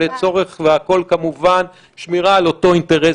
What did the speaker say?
והכל כמובן לצורך שמירה על אותו אינטרס לאומי.